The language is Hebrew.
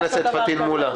חבר הכנסת פטין מולא.